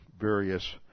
various